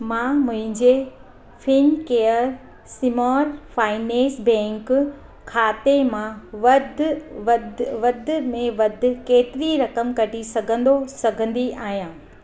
मां मुंहिंजे Fincare small finance bank खाते मां वधि वधि में वधि केतिरी रक़म कढी सघंदो सघंदी आहियां